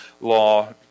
law